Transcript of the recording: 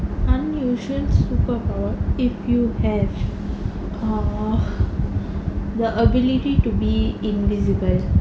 unusual superpower if you have the err the ability to be invisible